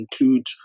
include